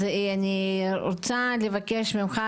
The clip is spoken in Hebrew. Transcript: אני רוצה לבקש ממך,